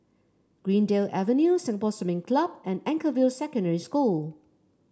Greendale Avenue Singapore Swimming Club and Anchorvale Secondary School